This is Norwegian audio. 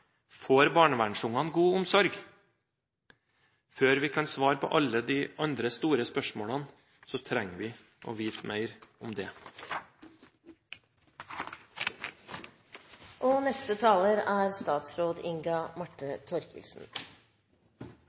Får barnevernsbarna god omsorg? Før vi kan svare på alle de andre store spørsmålene, trenger vi å vite mer om det.